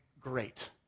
great